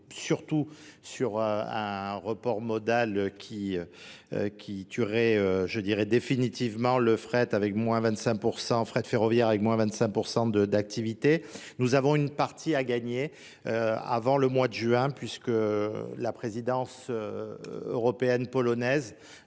surtout sur un report modal qui tuerait, je dirais définitivement, le fret ferroviaire avec moins 25% d'activité. Nous avons une partie à gagner. avant le mois de juin puisque la présidence européenne polonaise